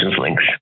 links